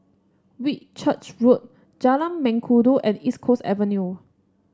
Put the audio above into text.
Whitchurch Road Jalan Mengkudu and East Coast Avenue